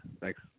Thanks